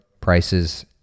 prices